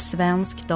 Svensk